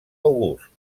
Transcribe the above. august